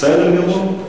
בסדר גמור,